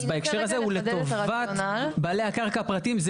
אז בהקשר הזה הוא לטובת בעלי הקרקע הפרטיים.